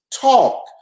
talk